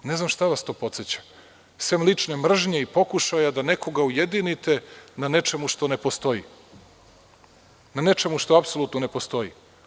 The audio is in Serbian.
Ne znam šta vas to podseća, sem lične mržnje i pokušaja da nekog ujedinite, na nečemu što ne postoji, na nečemu što apsolutno ne postoji.